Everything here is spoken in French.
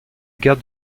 guerre